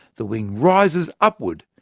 the wing rises upward,